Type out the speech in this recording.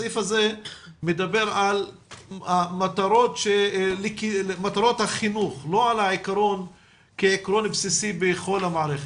הסעיף מדבר על מטרות החינוך לא על העיקרון כעקרון בסיסי בכל המערכת,